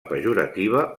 pejorativa